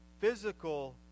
physical